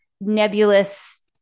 nebulous